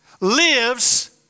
lives